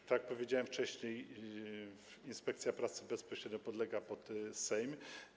Tak jak powiedziałem wcześniej, inspekcja pracy bezpośrednio podlega pod Sejm.